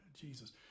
Jesus